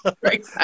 Right